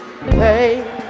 Hey